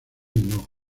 hinojo